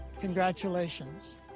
Congratulations